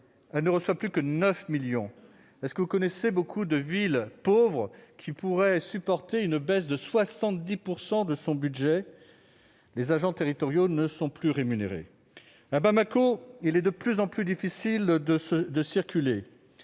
de 30 millions à 9 millions de francs CFA. Connaissez-vous beaucoup de villes pauvres qui pourraient supporter une baisse de 70 % de leur budget ? Les agents territoriaux ne sont plus rémunérés. À Bamako, il est de plus en plus difficile de circuler.